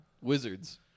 Wizards